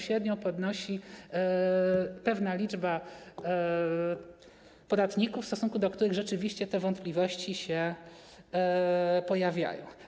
Średnią podnosi pewna liczba podatników, w stosunku do których rzeczywiście wątpliwości się pojawiają.